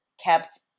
kept